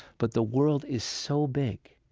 but the world is so big.